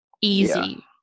easy